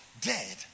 dead